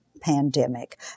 pandemic